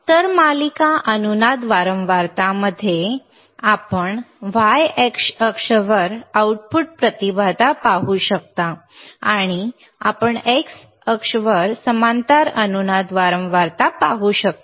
तर मालिका अनुनाद वारंवारता मध्ये स्लाइडमधील आलेख पहा आपण y अक्ष वर आउटपुट प्रतिबाधा पाहू शकता आणि आपण x अक्ष वर समांतर अनुनाद वारंवारता पाहू शकता